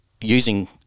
using